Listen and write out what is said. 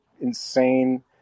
insane